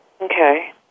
Okay